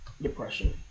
Depression